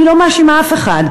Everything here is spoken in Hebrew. אני לא מאשימה אף אחד,